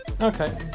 okay